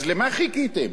אז למה חיכיתם?